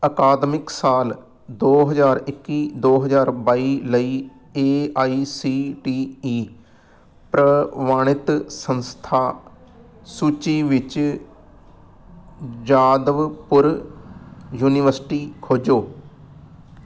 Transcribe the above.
ਅਕਾਦਮਿਕ ਸਾਲ ਦੋ ਹਜ਼ਾਰ ਇੱਕੀ ਦੋ ਹਜ਼ਾਰ ਬਾਈ ਲਈ A I C T E ਪ੍ਰਵਾਨਿਤ ਸੰਸਥਾ ਸੂਚੀ ਵਿੱਚ ਜਾਦਵਪੁਰ ਯੂਨੀਵਰਸਿਟੀ ਖੋਜੋ